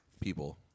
people